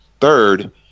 third